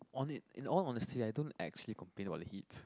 on it in on on the sea I don't actually complain about the heat